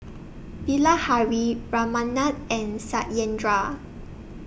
Bilahari Ramanand and Satyendra